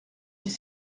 des